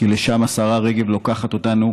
כי לשם השרה רגב לוקחת אותנו,